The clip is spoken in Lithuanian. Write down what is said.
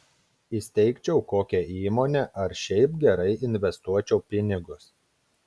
įsteigčiau kokią įmonę ar šiaip gerai investuočiau pinigus